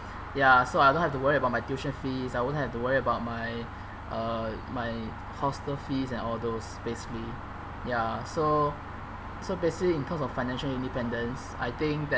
ya so I don't have to worry about my tuition fees I won't have to worry about my uh my hostel fees and all those basically ya so so basically in term of financial independence I think that